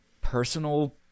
personal